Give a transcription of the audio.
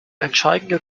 entscheidende